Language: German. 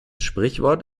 sprichwort